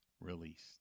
Released